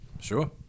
Sure